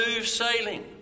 sailing